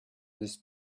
these